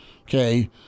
Okay